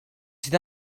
sydd